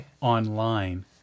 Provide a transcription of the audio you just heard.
online